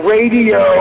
Radio